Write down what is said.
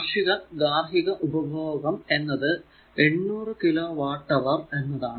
വാർഷിക ഗാർഹിക ഉപഭോഗം എന്നത് 800 കിലോ വാട്ട് അവർ എന്നതാണ്